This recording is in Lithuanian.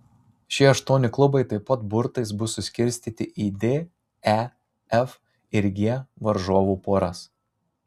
šie aštuoni klubai taip pat burtais bus suskirstyti į d e f ir g varžovų poras